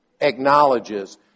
acknowledges